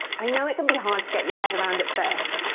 i know it can be hard to get your head around at first,